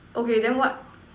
okay then what